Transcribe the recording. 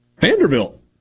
Vanderbilt